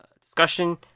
discussion